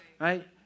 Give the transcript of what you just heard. Right